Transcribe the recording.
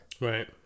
Right